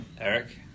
Eric